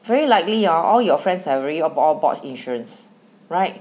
very likely orh all your friends have already all bought insurance right